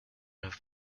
have